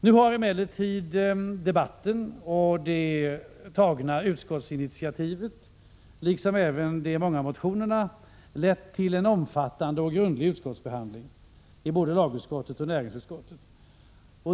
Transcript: Nu har emellertid debatten och det tagna utskottsinitiativet liksom även de många motionerna lett till en omfattande och grundlig utskottsbehandling i både lagutskottet och näringsutskottet.